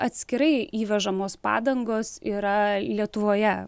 atskirai įvežamos padangos yra lietuvoje